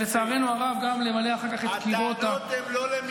הטענות הן לא כל אלה שאתה